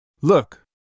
Look